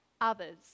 others